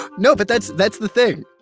no, but that's that's the thing,